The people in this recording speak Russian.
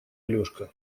алешка